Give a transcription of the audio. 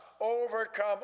overcome